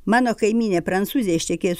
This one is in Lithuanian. mano kaimynė prancūzė ištekėjus